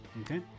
okay